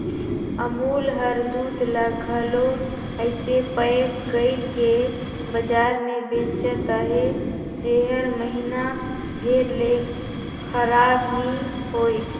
अमूल हर दूद ल घलो अइसे पएक कइर के बजार में बेंचत अहे जेहर महिना भेर ले खराब नी होए